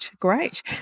great